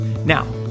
Now